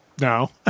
No